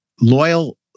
loyal